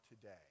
today